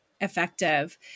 effective